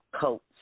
coats